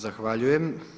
Zahvaljujem.